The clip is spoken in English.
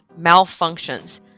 malfunctions